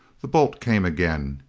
the bolt came again.